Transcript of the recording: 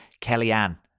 Kellyanne